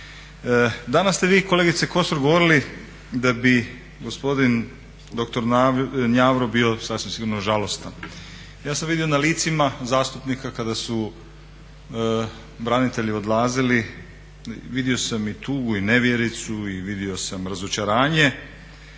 Danas ste vi kolegice Kosor govorili da bi gospodin doktora Njavro bio sasvim sigurno žalostan. Ja sam vidio na licima zastupnika kada su branitelji odlazili, vidio sam i tugu i nevjericu i vidio sam razočaranje